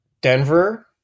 Denver